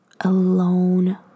Alone